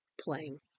playing